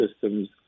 System's